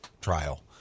trial